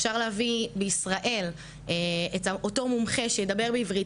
אפשר להביא בישראל את אותו מומחה שידבר בעברית,